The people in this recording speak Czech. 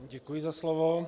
Děkuji za slovo.